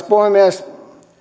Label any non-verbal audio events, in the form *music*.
*unintelligible* puhemies